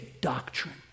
doctrine